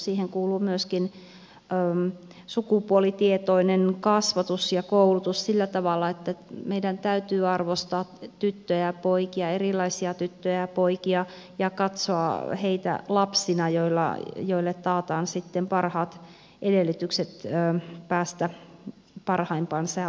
siihen kuuluu myöskin sukupuolitietoinen kasvatus ja koulutus sillä tavalla että meidän täytyy arvostaa tyttöjä ja poikia erilaisia tyttöjä ja poikia ja katsoa heitä lapsina joille taataan sitten parhaat edellytykset päästä parhaimpaansa ja oppia omalla tavallaan